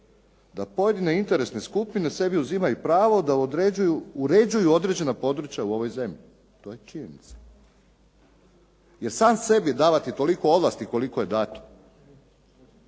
da pojedine interesne skupine sebi uzimaju pravo da uređuju određena područja u ovoj zemlji. To je činjenica. Jer sam sebi davati toliko ovlasti koliko je dato,